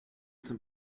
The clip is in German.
zum